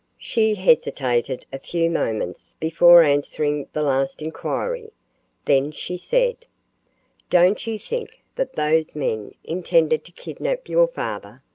she hesitated a few moments before answering the last inquiry then she said don't you think that those men intended to kidnap your father?